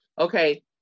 Okay